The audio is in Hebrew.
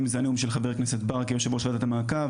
אם זה הנאום של חבר הכנסת בארכה יושב ראש ועדת המעקב,